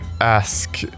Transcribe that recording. ask